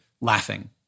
laughing